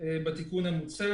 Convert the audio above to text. בתיקון המוצע.